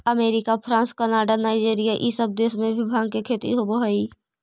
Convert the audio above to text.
America, France, Canada, Nigeria इ सब देश में भी भाँग के खेती होवऽ हई